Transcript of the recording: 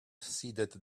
ceded